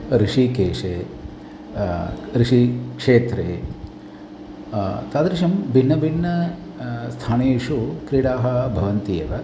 अ कृषिक्षेत्रे कृषिक्षेत्रे तादृशं भिन्न भिन्न स्थानेषु क्रीडाः भवन्ति एव